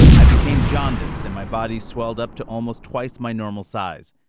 i became jaundiced and my body swelled up to almost twice my normal size.